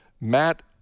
Matt